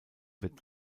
wird